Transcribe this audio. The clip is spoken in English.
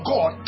God